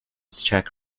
czech